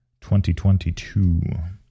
2022